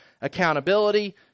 accountability